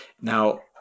Now